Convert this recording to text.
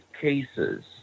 cases